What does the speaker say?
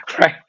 right